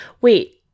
wait